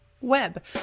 web